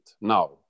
now